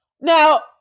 Now